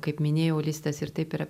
kaip minėjau listas ir taip yra